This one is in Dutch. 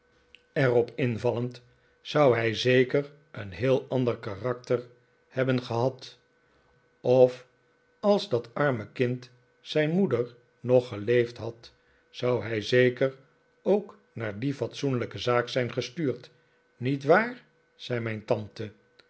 invallend zou hij zeker een heel ander karakter hebben gehad of als dat arme kind zijn moeder nog geleefd had zou hij zeker ook naar die fatsoenlijke zaak zijn gestuurd niet waar zei mijn tante